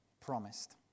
promised